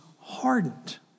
hardened